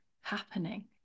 happening